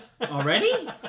Already